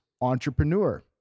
entrepreneur